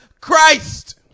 Christ